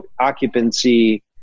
occupancy